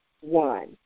one